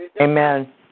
Amen